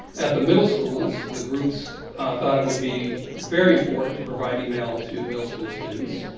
at the middle schools, the groups thought it would be very important to provide email to middle school students,